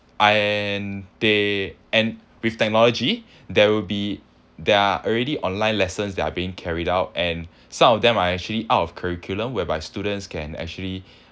and they and with technology there will be there are already online lessons that are being carried out and some of them are actually out of curriculum whereby students can actually